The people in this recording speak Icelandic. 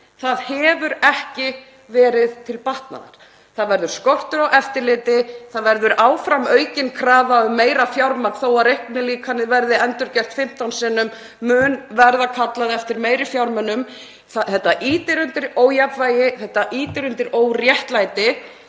hefur ekki verið til batnaðar. Það verður skortur á eftirliti. Áfram verður aukin krafa um meira fjármagn, þó að reiknilíkanið verði endurgert 15 sinnum mun verða kallað eftir meiri fjármunum. Þetta ýtir undir ójafnvægi og óréttlæti